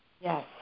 Yes